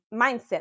mindset